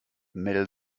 mel